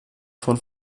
von